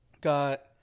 got